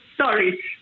sorry